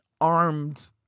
armed